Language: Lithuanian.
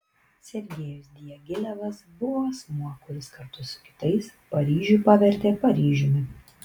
sergejus diagilevas buvo asmuo kuris kartu su kitais paryžių pavertė paryžiumi